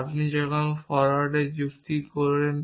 আপনি যখন ফরোয়ার্ড যুক্তি করেন